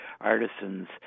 artisans